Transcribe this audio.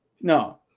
No